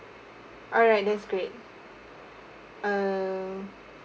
alright that's great uh